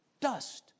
dust